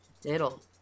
diddle